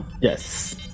yes